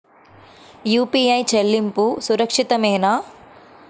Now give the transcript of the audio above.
UPI చెల్లింపు సురక్షితమేనా?